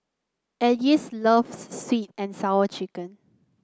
Ardyce loves sweet and Sour Chicken